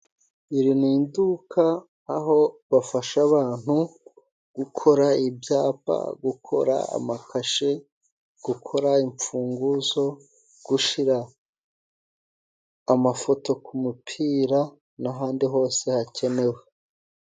Iri ni iduka, aho bafasha abantu gukora ibyapa, gukora amakashe, gukora imfunguzo, gushira amafoto ku mupira n'ahandi hose hakenewe.